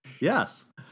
yes